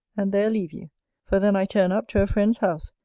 and there leave you for then i turn up to a friend's house,